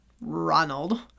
Ronald